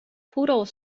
poodle